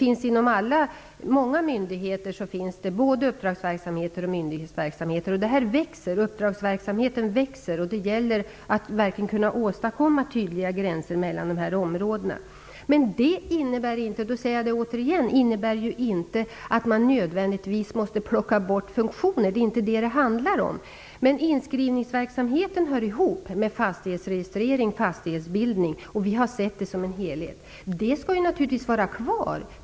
Inom många myndigheter förekommer både uppdragsverksamhet och myndighetsverksamhet. Uppdragsverksamheterna växer, och det gäller att kunna åstadkomma tydliga gränser mellan dessa områden. Men det innebär inte att man nödvändigtvis skall plocka bort funktioner. Det är inte vad det handlar om. Inskrivningsverksamheten hör ihop med fastighetsregistrering och fastighetsbildning. Vi har sett det som en helhet. Den skall naturligtvis vara kvar.